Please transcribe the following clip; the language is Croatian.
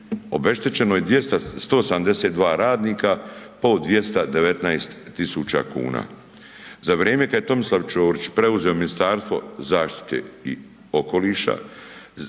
Obeštećeno je 200, 172 radnika, po 219 tisuća kuna. Za vrijeme kad je Tomislav Čorić preuzeo Ministarstvo zaštite i okoliša